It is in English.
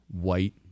white